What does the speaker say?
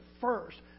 first